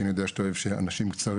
כי אני יודע שאתה אוהב שאנשים קצרים.